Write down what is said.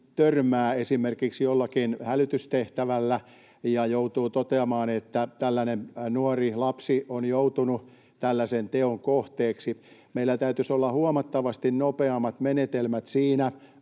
esimerkiksi jossakin hälytystehtävässä ja joutunut toteamaan, että nuori tai lapsi on joutunut tällaisen teon kohteeksi. Meillä täytyisi olla huomattavasti nopeammat menetelmät siinä.